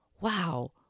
wow